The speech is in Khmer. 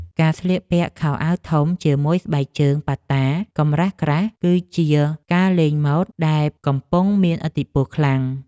ការស្លៀកពាក់ខោជើងធំជាមួយស្បែកជើងប៉ាតាកម្រាស់ក្រាស់គឺ ជាការលេងម៉ូដដែលកំពុងមានឥទ្ធិពលខ្លាំង។